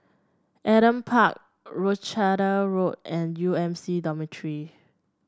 Adam Park Rochdale Road and U M C Dormitory